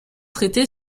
traité